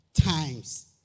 times